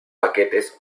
paquetes